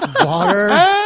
water